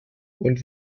und